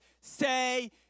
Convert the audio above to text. say